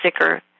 sicker